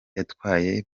yatwaye